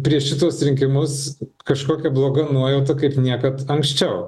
prieš šituos rinkimus kažkokia bloga nuojauta kaip niekad anksčiau